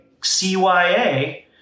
CYA